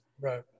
Right